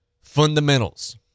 Fundamentals